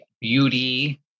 beauty